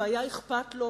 והיה אכפת לו,